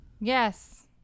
Yes